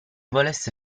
volesse